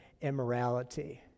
immorality